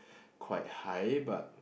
quite high but